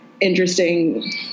interesting